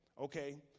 okay